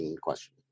question